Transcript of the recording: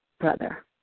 brother